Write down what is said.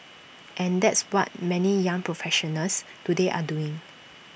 and that's what many young professionals today are doing